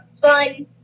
fun